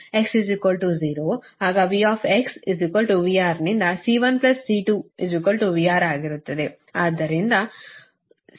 X 0 ಆಗ V VR ನಿಂದ C1 C2 VR ಆಗಿರುತ್ತದೆ